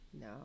No